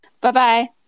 Bye-bye